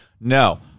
No